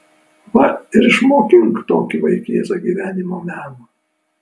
va ir išmokink tokį vaikėzą gyvenimo meno